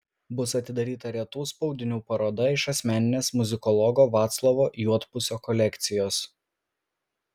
bus atidaryta retų spaudinių paroda iš asmeninės muzikologo vaclovo juodpusio kolekcijos